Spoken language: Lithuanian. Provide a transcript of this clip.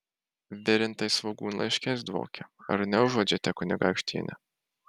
virintais svogūnlaiškiais dvokia ar neužuodžiate kunigaikštiene